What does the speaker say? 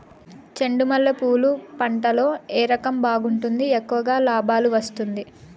చెండు మల్లె పూలు పంట లో ఏ రకం బాగుంటుంది, ఎక్కువగా లాభాలు వస్తుంది?